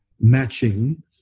matching